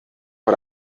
vor